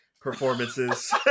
performances